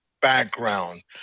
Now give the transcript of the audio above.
background